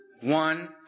one